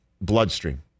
bloodstream